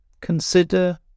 Consider